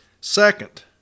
second